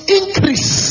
increase